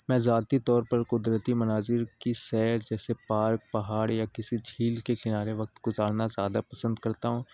میں ذاتی طور پر قدرتی مناظر کی سیر جیسے پارک پہاڑ یا کسی جھیل کے کنارے وقت گزارنا زیادہ پسند کرتا ہوں